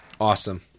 Awesome